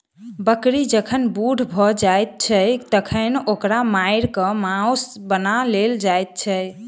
बकरी जखन बूढ़ भ जाइत छै तखन ओकरा मारि क मौस बना लेल जाइत छै